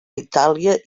itàlia